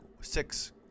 six